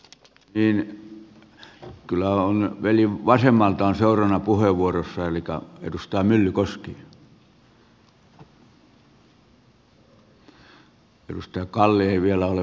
niin nyt on kyllä veli vasemmalta seuraavana puheenvuorossa elikkä edustaja myllykoski